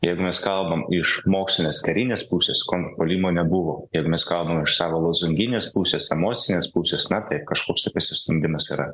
jeigu mes kalbam iš mokslinės karinės pusės kontpuolimo nebuvo jeigu mes kalbame savo lozunginės pusės emocinės pusės na taip kažkoks tai pasistumdymas yra